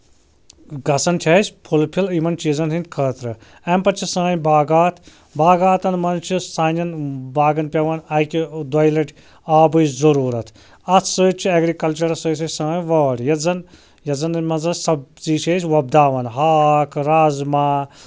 گژھان چھِ اَسہِ فُلفِل یِمَن چیٖزَن ہِنٛدۍ خٲطرٕ اَمہِ پَتہٕ چھِ سٲنۍ باغات باغاتَن منٛز چھِ سانٮ۪ن باغَن پٮ۪وان اَکہِ دۄیہِ لَٹہِ آبٕچ ضٔروٗرتھ اَتھ سۭتۍ چھِ اٮ۪گرِکَلچَرَس سۭتۍ سۭتۍ سٲنۍ وٲر یَتَھ زَن یَتھ منٛز أسۍ سَبزی چھِ أسۍ وۄپداوان ہاکھ رازما